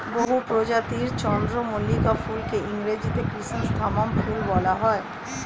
বহু প্রজাতির চন্দ্রমল্লিকা ফুলকে ইংরেজিতে ক্রিস্যান্থামাম ফুল বলা হয়